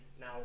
now